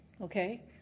okay